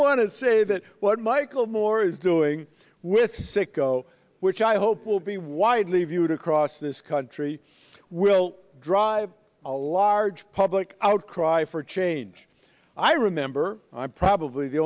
want to say that what michael moore is doing with sicko which i hope will be widely viewed across this country will drive a large public outcry for change i remember i'm probably the